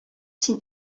син